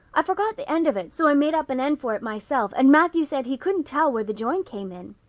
i forgot the end of it, so i made up an end for it myself and matthew said he couldn't tell where the join came in.